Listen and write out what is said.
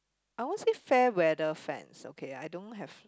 I won't say fair weather friends okay I don't have